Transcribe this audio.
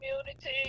community